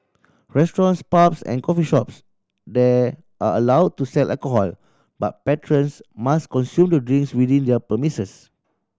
restaurants pubs and coffee shops there are allowed to sell alcohol but patrons must consume the drinks within their premises